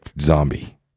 zombie